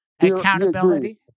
Accountability